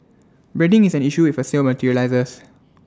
branding is an issue if A sale materialises